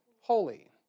holy